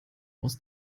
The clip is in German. aus